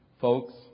Folks